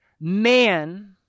man